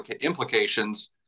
implications